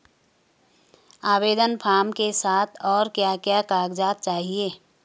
आवेदन फार्म के साथ और क्या क्या कागज़ात चाहिए?